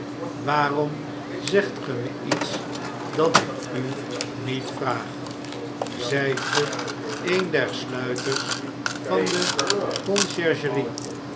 waarom zegt ge me iets dat ik u niet vraag zyt ge een der sluiters van de conciergerie